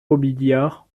robiliard